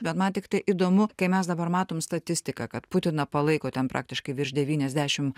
bet man tiktai įdomu kai mes dabar matom statistiką kad putiną palaiko ten praktiškai virš devyniasdešim